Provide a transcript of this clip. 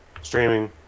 Streaming